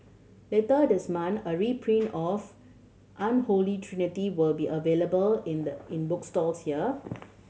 later this month a reprint of Unholy Trinity will be available in the in bookstores here